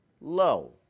low